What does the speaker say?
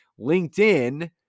LinkedIn